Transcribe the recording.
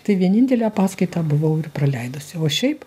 tai vienintelę paskaitą ir buvau praleidusi o šiaip